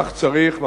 כך צריך.